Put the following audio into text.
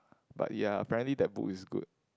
but ya apparently that book is good